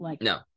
No